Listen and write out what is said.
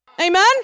Amen